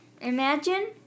Imagine